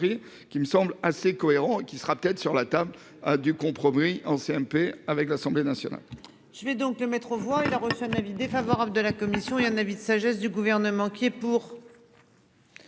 qui me semble assez cohérent qui sera peut-être sur la table du compromis en CMP avec l'Assemblée nationale. Je vais donc mettre aux voix il a reçu un avis défavorable de la commission et un avis de sagesse du gouvernement qui est pour.